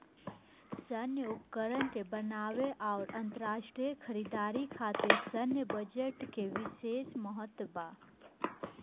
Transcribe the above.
सैन्य उपकरण के बनावे आउर अंतरराष्ट्रीय खरीदारी खातिर सैन्य बजट के बिशेस महत्व बा